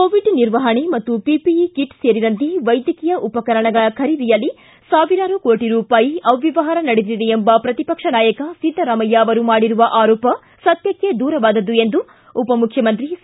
Covid ನಿರ್ವಹಣೆ ಮತ್ತು PPE kit ಸೇರಿದಂತೆ ವೈದ್ಯಕೀಯ ಉಪಕರಣಗಳ ಖರೀದಿಯಲ್ಲಿ ಸಾವಿರಾರು ಕೋಟ ರೂಪಾಯಿ ಅವ್ಯವಹಾರ ನಡೆದಿದೆ ಎಂಬ ಪ್ರತಿಪಕ್ಷ ನಾಯಕ ಸಿದ್ದರಾಮಯ್ಯ ಅವರು ಮಾಡಿರುವ ಆರೋಪ ಸತ್ಯಕ್ಷೆ ದೂರವಾದದ್ದು ಎಂದು ಉಪಮುಖ್ಯಮಂತ್ರಿ ಸಿ